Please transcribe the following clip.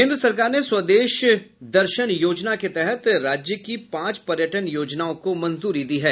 केंद्र सरकार ने स्वदेश दर्शन योजना के तहत राज्य की पांच पर्यटन योजनाओं को मंजूरी दी है